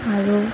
আৰু